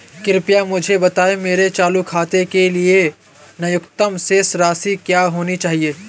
कृपया मुझे बताएं मेरे चालू खाते के लिए न्यूनतम शेष राशि क्या होनी चाहिए?